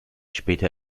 später